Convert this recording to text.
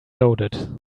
loaded